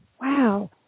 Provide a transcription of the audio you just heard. Wow